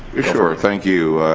sure, thank you,